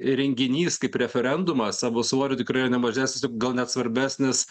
renginys kaip referendumas savo svoriu tikrai nemažesnis gal net svarbesnis